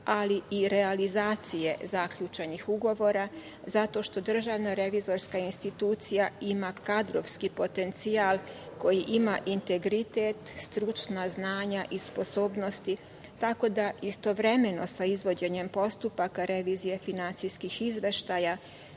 ali i realizacije zaključenih ugovora zato što DRI ima kadrovski potencijal koji ima integritet, stručna znanja i sposobnosti tako da istovremeno sa izvođenjem postupaka revizije finansijskih izveštaja